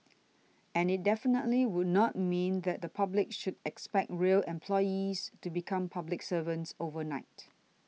and it definitely would not mean that the public should expect rail employees to become public servants overnight